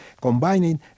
combining